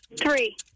Three